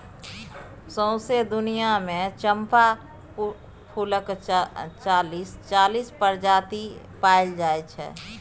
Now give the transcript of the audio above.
सौंसे दुनियाँ मे चंपा फुलक चालीस प्रजाति पाएल जाइ छै